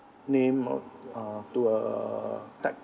name of uh to uh tag